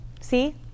see